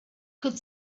could